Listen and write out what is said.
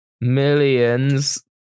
millions